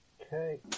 Okay